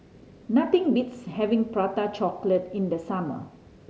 nothing beats having Prata Chocolate in the summer